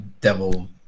devil